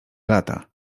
lata